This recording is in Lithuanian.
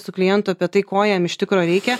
su klientu apie tai ko jam iš tikro reikia